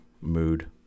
mood